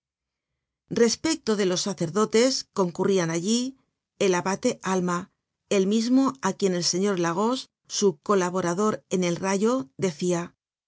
respecto de los sacerdotes concurrian allí el abate halma el mismo á quien el señor larose su colaborador en el rayo decia bah